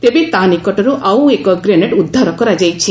ତେବେ ତା' ନିକଟରୁ ଏକ ଗ୍ରେନେଡ୍ ଉଦ୍ଧାର କରାଯାଇଛି